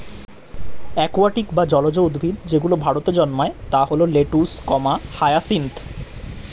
aquatic বা জলজ উদ্ভিদ যেগুলো ভারতে জন্মায় তা হল লেটুস, হায়াসিন্থ